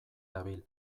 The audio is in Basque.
dabil